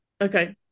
Okay